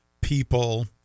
people